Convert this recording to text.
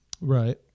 Right